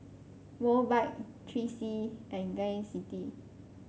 Mobike Three C E and Gain City